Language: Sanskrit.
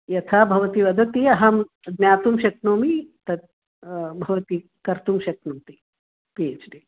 यथा भवती वदति अहं ज्ञातुं शक्नोमि तत् भवती कर्तुं शक्नोति पि एच् डि